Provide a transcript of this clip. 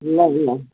ल ल